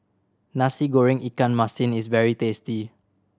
Nasi Goreng ikan masin is very tasty